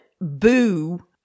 Boo